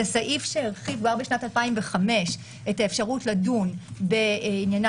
זה סעיף שהרחיב כבר בשנת 2005 את האפשרות לדון בענייני